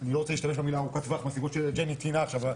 אני לא רוצה להשתמש במילה ארוכת טווח מהסיבות שג'ני תיארה עכשיו,